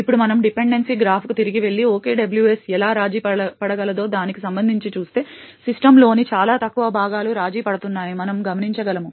ఇప్పుడు మనం డిపెండెన్సీ రేఖా చిత్రంకు తిరిగి వెళ్లి OKWS ఎలా రాజీపడగలదో దానికి సంబంధించి చూస్తే సిస్టమ్లోని చాలా తక్కువ భాగాలు రాజీ పడుతున్నాయని మనం గమనించగలము